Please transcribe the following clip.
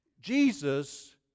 Jesus